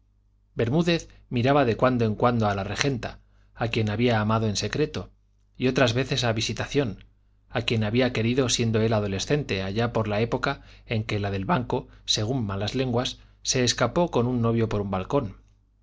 bermúdez miraba de cuando en cuando a la regenta a quien había amado en secreto y otras veces a visitación a quien había querido siendo él adolescente allá por la época en que la del banco según malas lenguas se escapó con un novio por un balcón